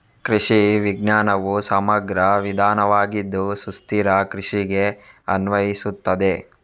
ಕೃಷಿ ವಿಜ್ಞಾನವು ಸಮಗ್ರ ವಿಧಾನವಾಗಿದ್ದು ಸುಸ್ಥಿರ ಕೃಷಿಗೆ ಅನ್ವಯಿಸುತ್ತದೆ